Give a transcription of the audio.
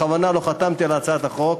בכוונה לא חתמתי על הצעת החוק,